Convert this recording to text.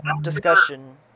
discussion